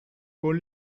con